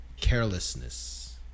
carelessness